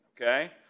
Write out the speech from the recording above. okay